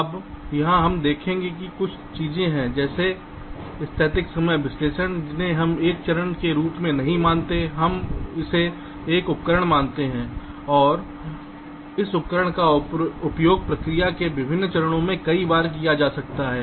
अब यहाँ हम देखेंगे कि कुछ चीजें हैं जैसे स्थैतिक समय विश्लेषण जिसे हम एक चरण के रूप में नहीं मानते हैं हम इसे एक उपकरण मानते हैं और इस उपकरण का उपयोग प्रक्रिया के विभिन्न चरणों में कई बार किया जा सकता है